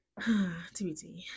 tbt